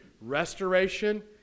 restoration